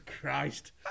Christ